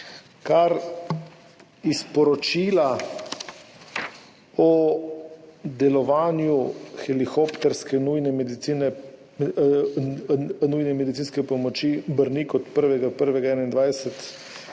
Kar iz poročila o delovanju helikopterske nujne medicinske pomoči Brnik od 1. 1.